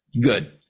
good